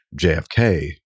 JFK